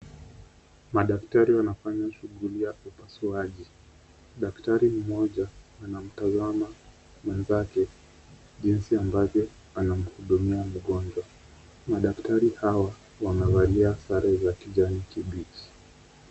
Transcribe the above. Madaktari wanafanya shughuli ya upasuaji. Daktari mmoja anamtazama mwenzake jinsi ambavyo anamhudumia mgonjwa. Madaktari hawa wamevalia sare za kijani kibichi.